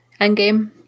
Endgame